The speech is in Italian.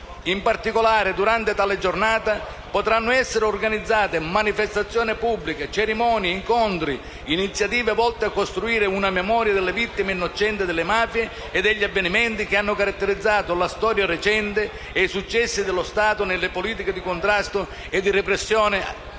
In particolare, durante tale Giornata potranno essere organizzate manifestazioni pubbliche, cerimonie, incontri e iniziative volte a costruire una memoria delle vittime innocenti delle mafie e degli avvenimenti che hanno caratterizzato la storia recente e i successi dello Stato nelle politiche di contrasto e repressione